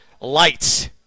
lights